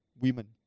women